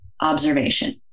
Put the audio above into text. observation